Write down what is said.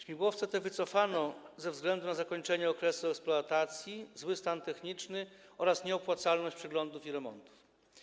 Śmigłowce te wycofano z użytkowania ze względu na zakończenie okresu eksploatacji, zły stan techniczny oraz nieopłacalność przeglądów i remontów.